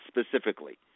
specifically